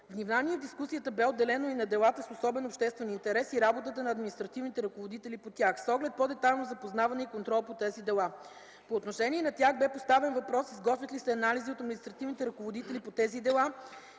Внимание в дискусията бе отделено и на делата с особен обществен интерес и работата на административните ръководители по тях, с оглед по-детайлно запознаване и контрол по тези дела. По отношение на тях бе поставен въпрос изготвят ли се анализи от административните ръководители по тези дела